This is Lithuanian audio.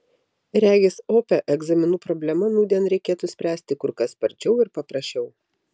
regis opią egzaminų problemą nūdien reikėtų spręsti kur kas sparčiau ir paprasčiau